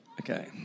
okay